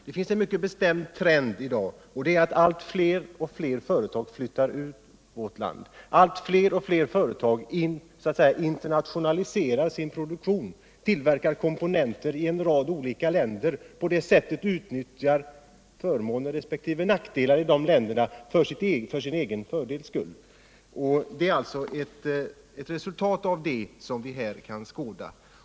Det finns en mycket bestämd trend i dag, nämligen den att allt fler företag flyttas ut från vårt land. Allt fler företag så att säga internationaliserar sin produktion och tillverkar komponenter i en rad olika länder. På det sättet utnyttjar företagen sina förmåner i resp. länder för sina egna syften. Det är ett resultat av det systemet som vi kan se i det här fallet.